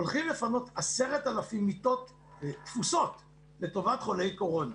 הולכים לפנות 10,000 מיטות תפוסות לטובת חולי קורונה.